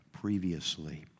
Previously